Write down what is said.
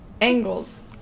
Angles